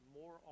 more